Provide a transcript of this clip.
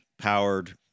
powered